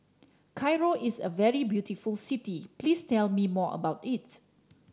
Cairo is a very beautiful city please tell me more about it